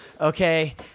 okay